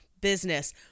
business